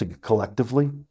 collectively